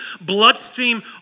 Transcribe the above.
bloodstream